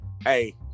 Hey